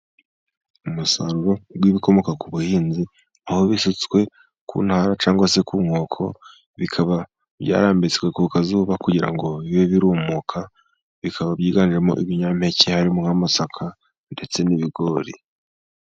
Umusaruro w'ibikomoka ku buhinzi, aho bisutswe ku ntara cyangwa se ku nkoko, bikaba byarambitswe ku izuba kugira ngo bibe birumuka bikaba byiganjemo ibinyampeke harimo nk'amasaka ndetse n'ibigori.